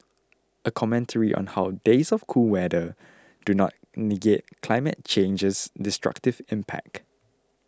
a commentary on how days of cool weather do not negate climate change's destructive impact